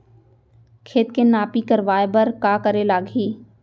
खेत के नापी करवाये बर का करे लागही?